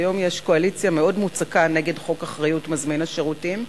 כיום יש קואליציה מאוד מוצקה נגד חוק אחריות מזמין השירותים,